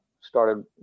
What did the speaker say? started